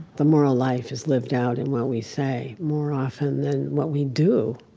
the moral life is lived out in what we say more often than what we do